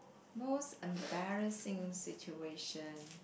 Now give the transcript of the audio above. most embarrassing situation